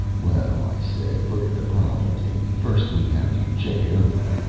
well, i said, look at the problems, amy. first we have to check it over.